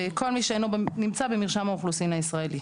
כל מי שלא נמצא במרשם האוכלוסין הישראלי.